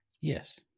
Yes